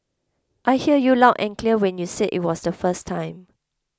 I heard you loud and clear when you said it was the first time